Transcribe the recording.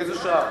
מאיזו שעה?